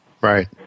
Right